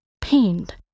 pained